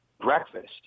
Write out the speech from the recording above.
breakfast